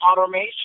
automation